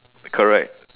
correct